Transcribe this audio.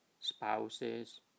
spouses